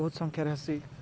ବହୁତ୍ ସଂଖ୍ୟାରେ ହେସି